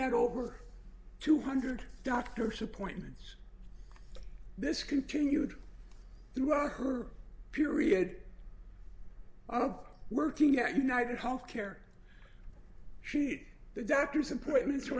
had over two hundred doctors appointments this continued throughout her period of working at united health care she the doctors appointment